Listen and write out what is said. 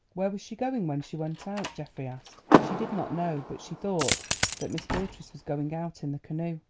where was she going when she went out? geoffrey asked. she did not know, but she thought that miss beatrice was going out in the canoe.